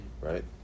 right